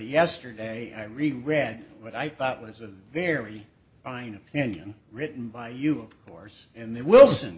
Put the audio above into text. yesterday i read and read what i thought was a very fine opinion written by you of course and there wilson